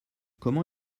comment